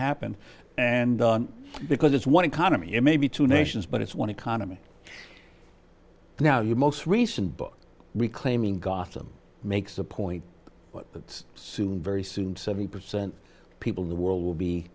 happened and because it's one economy maybe two nations but it's one economy now your most recent book reclaiming gotham makes a point that's soon very soon seventy percent of people in the world will be